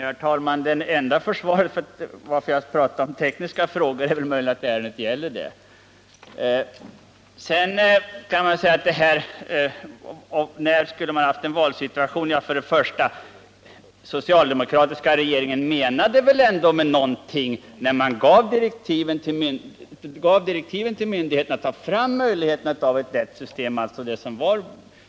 Herr talman! Mitt enda försvar för att jag pratade om tekniska frågor är att detta ärende gäller tekniska frågor. Så till frågan om när vi skulle ha haft en valsituation. Den socialdemokratiska regeringen menade väl ändå någonting när den gav myndigheterna direktiv att undersöka möjligheterna att ta fram ett lättare system.